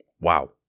wow